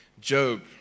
Job